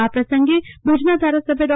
આ પ્રસંગે ભુજના ધારાસભ્ય ડો